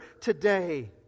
today